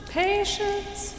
patience